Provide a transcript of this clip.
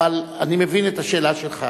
אבל אני מבין את השאלה שלך.